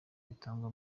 bitangwa